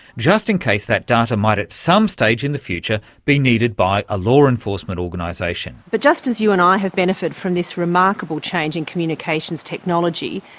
just in case that data might at some stage in the future be needed by a law enforcement organisation. but, just as you and i have benefited from this remarkable change in communications technology,